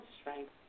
strength